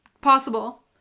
possible